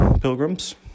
pilgrims